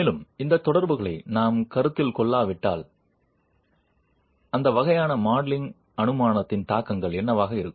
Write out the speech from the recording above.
மேலும் இந்த தொடர்புகளை நாம் கருத்தில் கொள்ளாவிட்டால் அந்த வகையான மாடலிங் அனுமானத்தின் தாக்கங்கள் என்னவாக இருக்கும்